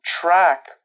track